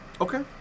Okay